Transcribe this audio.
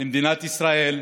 למדינת ישראל,